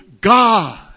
God